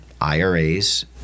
IRAs